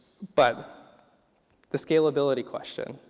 but the scaleability question.